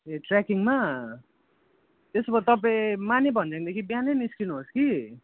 ए ट्रेकिङमा त्यसो भए तपाईँ माने भन्ज्याङदेखि बिहानै निस्किनुहोस् कि